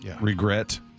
regret